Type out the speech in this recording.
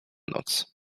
noc